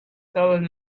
fallen